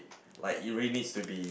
like it really needs to be